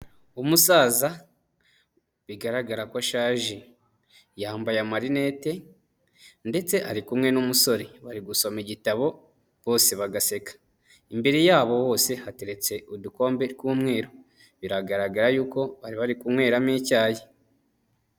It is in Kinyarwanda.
Umusaza bigaragara ko ashaje, yambaye amarinete ndetse ari kumwe n'umusore, bari gusoma igitabo bose bagaseka. Imbere yabo bose hateretse udukombe tw'umweru, biragaragara yuko bari bari kunyweramo icyayi.